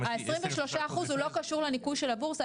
ה-23% לא קשור לניכוי של הבורסה,